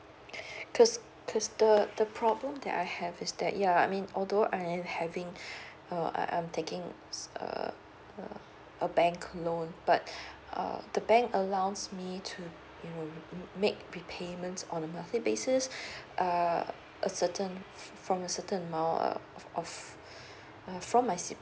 cause cause the the problem that I have is that yeah I mean although I am having a I'm taking so uh uh a bank loan but um the bank allows me to mm hmm make repayments on monthly basis uh a certain from a certain amount err of from my C_P_F